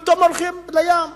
הם הולכים לים.